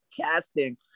casting